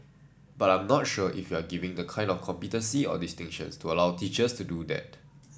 but I'm not sure if we're giving the kind of competency or distinctions to allow teachers to do that